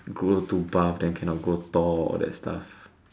grow too buff then cannot grow tall all that stuff